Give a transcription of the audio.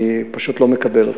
אני פשוט לא מקבל אותה.